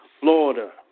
Florida